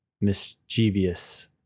mischievous